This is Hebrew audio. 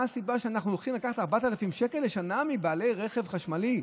מה הסיבה שאנחנו הולכים לקחת 4,000 שקל לשנה מבעלי רכב חשמלי?